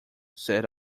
said